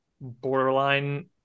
borderline